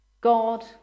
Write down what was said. God